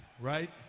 right